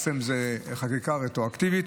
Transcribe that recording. בעצם זאת חקיקה רטרואקטיבית